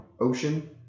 ocean